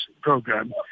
program